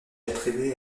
attribué